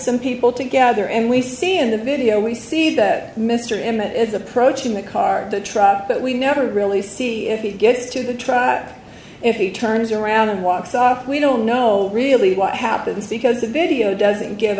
some people together and we see in the video we see that mr emmett is approaching the car the truck but we never really see if it gets to the track if he turns around and walks off we don't know really what happens because the video doesn't give